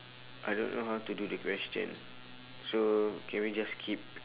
I don't know how to do the question so can we just skip